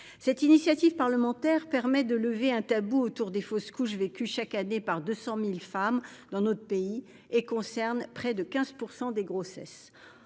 Cette initiative parlementaire permet de lever un tabou sur les fausses couches vécues chaque année par 200 000 femmes dans notre pays, ce qui représente près de 15 % des grossesses.